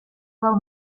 del